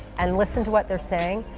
and listen to what they're saying,